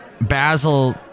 Basil